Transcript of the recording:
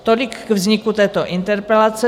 Tolik k vzniku této interpelace.